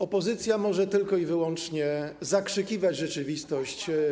Opozycja może tylko i wyłącznie zakrzykiwać rzeczywistość.